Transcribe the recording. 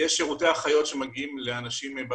יש שירותי אחיות שמגיעות לבתי האנשים.